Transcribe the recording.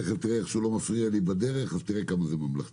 תיכף תראה איך הוא לא מפריע לי בדרך אז תראה כמה זה ממלכתי,